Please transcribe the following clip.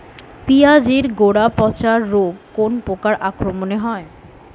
পিঁয়াজ এর গড়া পচা রোগ কোন পোকার আক্রমনে হয়?